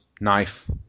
knife